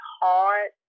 hard